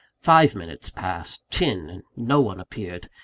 five minutes passed ten and no one appeared.